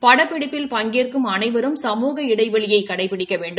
படப்பிடிப்பில் பங்கேற்கும் அனைவரும் சமூக இடைவெளியை கடைபிடிக்க வேண்டும்